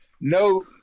no